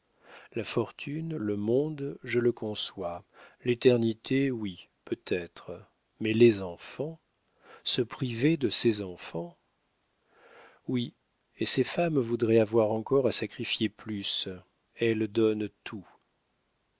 la fortune le monde je le conçois l'éternité oui peut-être mais les enfants se priver de ses enfants oui et ces femmes voudraient avoir encore à sacrifier plus elles donnent tout